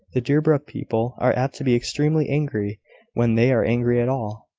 the deerbrook people are apt to be extremely angry when they are angry at all.